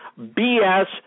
BS